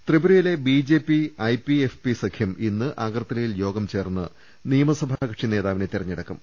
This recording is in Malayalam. ത്രിപുരയിലെ ബിജെപി ഐപിഎഫ്പി സഖ്യം ഇന്ന് അഗർത്ത ലയിൽ യോഗം ചേർന്ന് നിയമസഭാ കക്ഷി നേതാവിനെ തെരഞ്ഞെ ടുക്കും